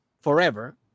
forever